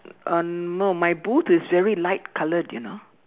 uh no my booth is very light colored you know